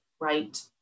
right